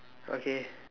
okay